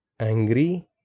angry